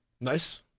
Nice